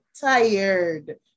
tired